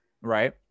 Right